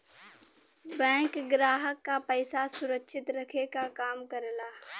bank ग्राहक क पइसा सुरक्षित रखे क काम करला